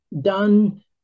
done